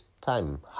time